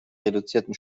reduzierten